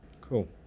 Cool